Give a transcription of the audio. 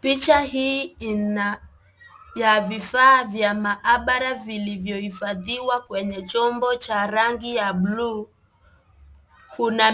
Picha hii ni ya vifaa vya mhabara iliyoifadhiwa kwenye chombo cha rangi ya blue kuna